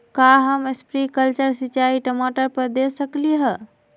का हम स्प्रिंकल सिंचाई टमाटर पर दे सकली ह?